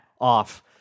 off